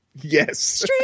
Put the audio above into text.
Yes